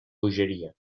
bogeria